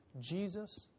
Jesus